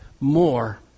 more